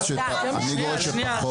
אני גורס שפחות.